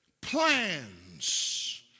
plans